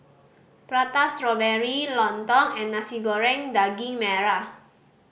Prata Strawberry lontong and Nasi Goreng Daging Merah